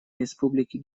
республики